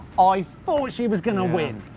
i thought she was gonna win.